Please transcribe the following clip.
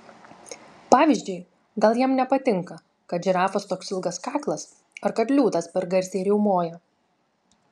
pavyzdžiui gal jam nepatinka kad žirafos toks ilgas kaklas ar kad liūtas per garsiai riaumoja